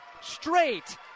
straight